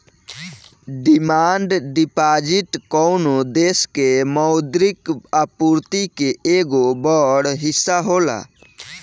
demand deposit कवनो देश के मौद्रिक आपूर्ति के एगो बड़ हिस्सा होला